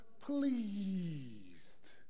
pleased